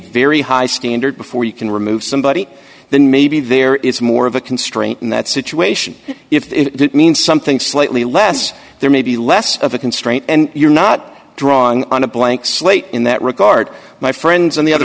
very high standard before you can remove somebody then maybe there is more of a constraint in that situation if it means something slightly less there maybe less of a constraint and you're not drawing on a blank slate in that regard my friends on the other